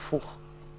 לא, הפוך.